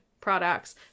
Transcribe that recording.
products